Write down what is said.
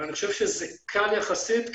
אני חושב שזה קל יחסית,